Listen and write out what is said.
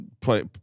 Play